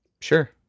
Sure